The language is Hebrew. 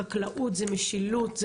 חקלאות זה משילות,